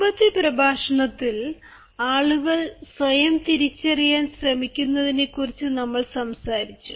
മുമ്പത്തെ പ്രഭാഷണത്തിൽ ആളുകൾ സ്വയം തിരിച്ചറിയാൻ ശ്രമിക്കുന്നതിനെക്കുറിച്ച് നമ്മൾ സംസാരിച്ചു